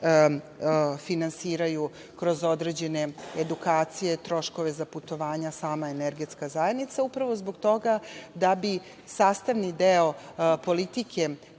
finansiraju kroz određene edukacije, troškove za putovanja sama Energetska zajednica upravo zbog toga da bi sastavni deo politike,